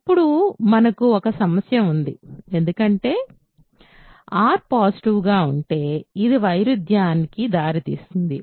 ఇప్పుడు మనకు ఒక సమస్య ఉంది ఎందుకంటే r పాజిటివ్ గా ఉంటే ఇది వైరుధ్యానికి దారి తీస్తుంది